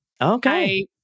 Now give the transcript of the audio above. Okay